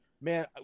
man